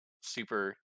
super